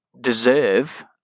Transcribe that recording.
deserve